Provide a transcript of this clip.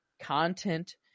content